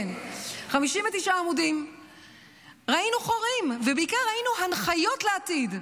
כן, ראינו חורים, ובעיקר ראינו הנחיות לעתיד: